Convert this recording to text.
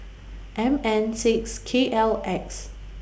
M N six K L X